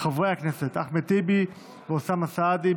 אחמד טיבי ואוסאמה סעדי.